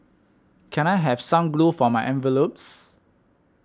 can I have some glue for my envelopes